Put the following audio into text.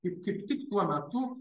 ir kaip tik tuo metu